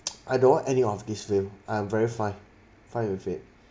I don't want any of this film I am very fine fine with it